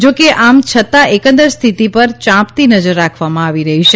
જો કે આમ છતાં એકંદર સ્થિતિ પર યાંપતી નજર રાખવામા આવી રહી છે